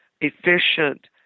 efficient